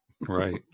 right